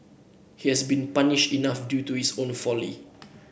he has been punished enough due to his own folly